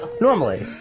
Normally